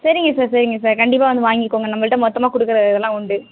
சரிங்க சார் சரிங்க சார் கண்டிப்பாக வந்து வாங்கிக்கோங்க நம்மகிட்ட மொத்தமாக கொடுக்குறதெல்லாம் உண்டு